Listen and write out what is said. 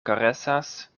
karesas